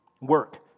work